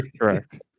Correct